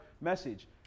message